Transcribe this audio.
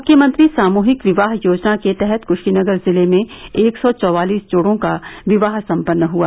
मुख्यमंत्री सामूहिक विवाह योजना के तहत कुशीनगर जिले में एक सौ चौवालिस जोड़ो का विवाह सम्पन्न हुआ